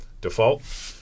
default